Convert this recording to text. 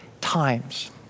times